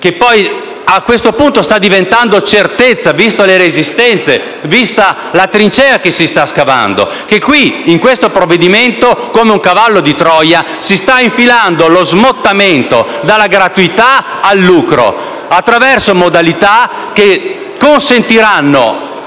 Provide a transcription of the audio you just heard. che poi a questo punto sta diventando certezza, viste le resistenze e la trincea che si sta scavando. Mi riferisco cioè al fatto che nel provvedimento in esame, come un cavallo di Troia, si sta infilando lo smottamento dalla gratuità al lucro, attraverso modalità che consentiranno